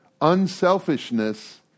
Unselfishness